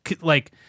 like-